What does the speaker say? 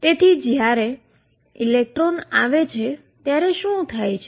તેથી જ્યારે ઇલેક્ટ્રોન આવે છે ત્યારે શું થાય છે